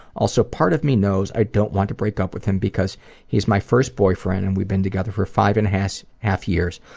also part of me knows i don't want to break up with him because he's my first boyfriend and we've been together for five and a half years.